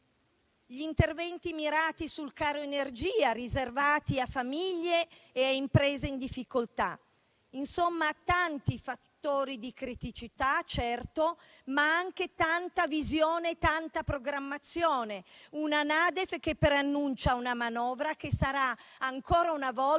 gli interventi mirati sul caro energia, riservati a famiglie e imprese in difficoltà. Insomma tanti fattori di criticità, certo, ma anche tanta visione e tanta programmazione; una NADEF che preannuncia una manovra che sarà ancora una volta